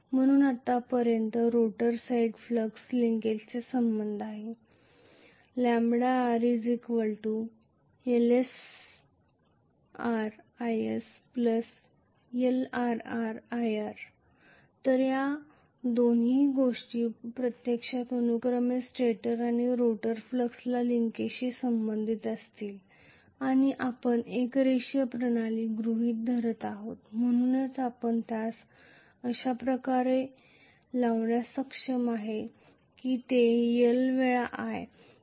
म्हणून आतापर्यंत rotor side flux लिंकेजचा संबंध आहे λr Lsris Lrrir तर या दोन्ही गोष्टी प्रत्यक्षात अनुक्रमे स्टेटर आणि रोटर फ्लक्स लिंकजशी संबंधित असतील आणि आपण एक रेषीय प्रणाली गृहीत धरत आहोत म्हणूनच आपण त्यास अशा प्रकारे लावण्यास सक्षम आहोत की ते L वेळा i